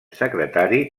secretari